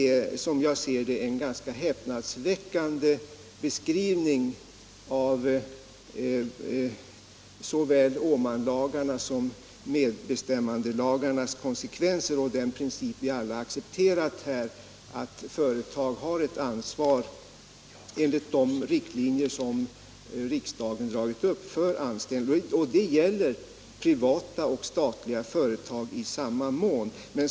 Det är som jag ser det en ganska häpnadsväckande beskrivning av såväl Åmanlagarnas som medbestämmandelagens konsekvenser. Den princip vi alla accepterar är att företag har ett ansvar för anställning enligt de riktlinjer som riksdagen dragit upp, och de gäller privata och statliga företag i samma mån.